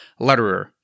Letterer